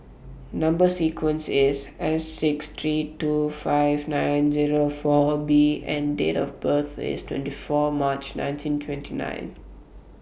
Number sequence IS S six three two five nine Zero four B and Date of birth IS twenty four March nineteen twenty nine